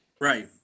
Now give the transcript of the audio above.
Right